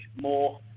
more